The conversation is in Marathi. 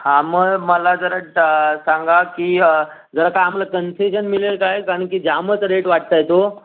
हां मग मला जरा ड सांगा की जर का आम्हाला कन्सेशन मिळेल काय कारण की जामच रेट वाटत आहेत ओ